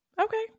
okay